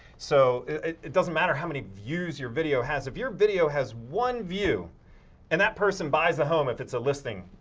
so it is. it doesn't matter how many views your video has. if your video has one view and that person buys the home if it's a listing.